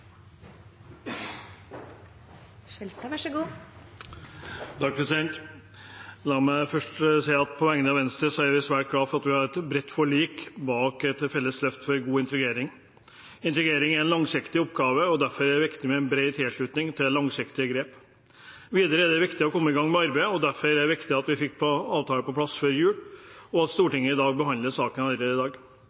svært glad for at vi har et bredt forlik bak et felles løft for god integrering. Integrering er en langsiktig oppgave. Derfor er det viktig med bred tilslutning til langsiktige grep. Videre er det viktig å komme i gang med arbeidet. Derfor er det viktig at vi fikk avtalen på plass før jul, og at Stortinget behandler saken allerede i dag.